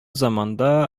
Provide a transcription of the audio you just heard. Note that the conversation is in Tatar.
заманда